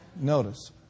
Notice